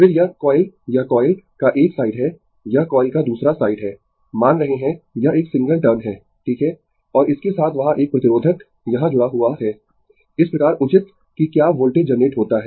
फिर यह कॉइल यह कॉइल का एक साइड है यह कॉइल का दूसरा साइड है मान रहे है यह एक सिंगल टर्न है ठीक है और इसके साथ वहाँ एक प्रतिरोधक यहां जुड़ा हुआ है इस प्रकार उचित कि क्या वोल्टेज जनरेट होता है